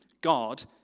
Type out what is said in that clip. God